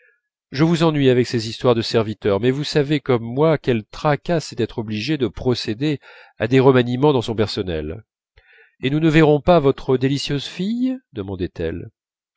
je vous ennuie avec ces histoires de serviteurs mais vous savez comme moi quel tracas c'est d'être obligée de procéder à des remaniements dans son personnel et nous ne verrons pas votre délicieuse fille